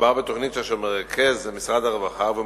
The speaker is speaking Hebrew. מדובר בתוכנית אשר מרכז משרד הרווחה והיא